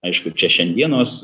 aišku čia šiandienos